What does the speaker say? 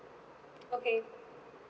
okay